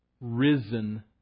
risen